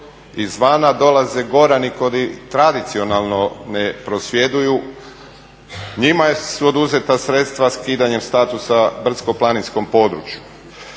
izvana, dolaze Gorani koji tradicionalno ne prosvjeduju. Njima su oduzeta sredstva, skidanjem statusa brdsko-planinskog područja.